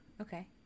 okay